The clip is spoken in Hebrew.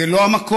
זה לא המקום,